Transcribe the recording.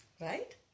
Right